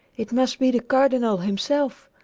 it must be the cardinal himself.